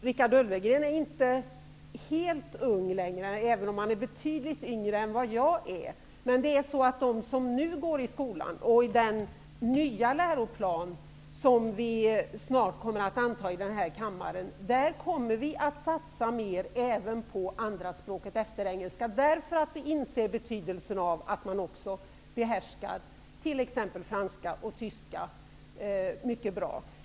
Richard Ulfvengren är inte helt ung längre, även om han är betydligt yngre än jag, men när det gäller dem som nu går i skolan och som skall följa den nya läroplan vi snart kommer att anta i denna kammare satsar vi mer på andraspråket efter engelska. Vi inser nämligen betydelsen av att också behärska t.ex. franska och tyska mycket bra.